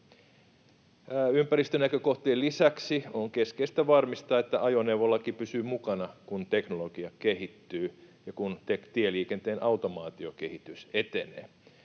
Ympäristönäkökohtien lisäksi on keskeistä varmistaa, että ajoneuvolaki pysyy mukana, kun teknologia kehittyy ja kun tieliikenteen automaatiokehitys etenee.